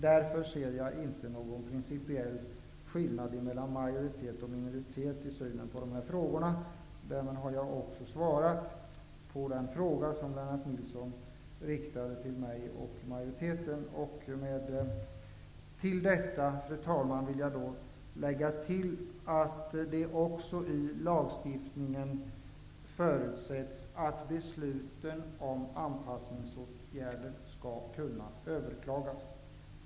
Därför ser jag inte någon principiell skillnad i synen på dessa frågor mellan majoritet och minoritet. Därmed har jag svarat på den fråga som Lennart Nilsson riktade till mig och majoriteten. Fru talman! Jag vill lägga till att det också förutsätts i lagstiftningsförslaget att beslut om anpassningsåtgärder skall kunna överklagas.